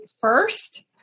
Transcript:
first